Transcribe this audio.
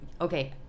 okay